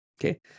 Okay